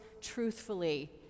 truthfully